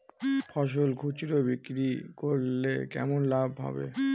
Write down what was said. ফসল খুচরো বিক্রি করলে কেমন লাভ হবে?